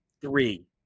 Three